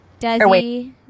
Desi